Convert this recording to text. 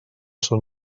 són